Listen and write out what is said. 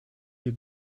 hear